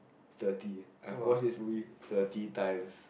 thirty I've watch this movie thirty times